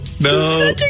no